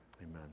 Amen